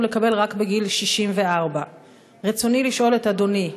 לקבל רק בגיל 64. רצוני לשאול את אדוני: